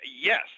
yes